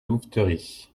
louveterie